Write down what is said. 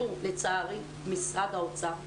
לצערי משרד האוצר משסה,